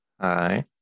Hi